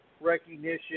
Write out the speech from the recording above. recognition